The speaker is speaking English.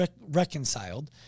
reconciled